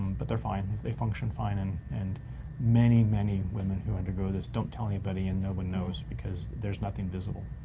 but they're fine, they function fine. and and many, many women who undergo this don't tell anybody and no one knows because there's nothing visible.